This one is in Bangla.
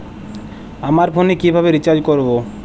আমার ফোনে কিভাবে রিচার্জ করবো?